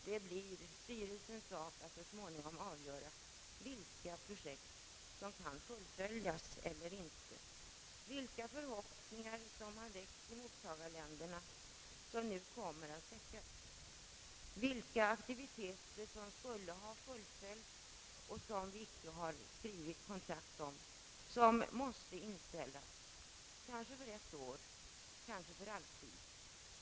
Det blir styrelsens sak att så småningom avgöra vilka projekt som skall fullföljas eller inte, vilka förhoppningar som har väckts i mottagarländerna men som nu kommer att stäckas, vilka aktiviteter som skulle ha fullföljts av dem som vi icke har skrivit kontrakt om men som måste inställas, kanske för ett år, kanske för alltid.